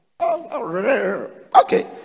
Okay